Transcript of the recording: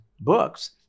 books